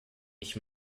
ich